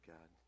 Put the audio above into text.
God